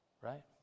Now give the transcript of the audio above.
Right